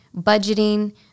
budgeting